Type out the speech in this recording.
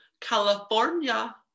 California